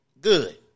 good